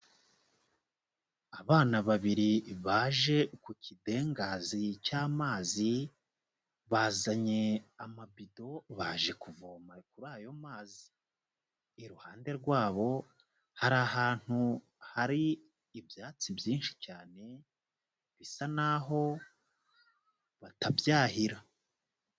Abana babiri baje ku kidengazi cy'amazi, bazanye amabido baje kuvoma kuri ayo mazi. Iruhande rwabo hari ahantu hari ibyatsi byinshi cyane bisa n'aho batabyahira.